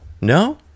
No